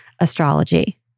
astrology